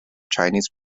chinese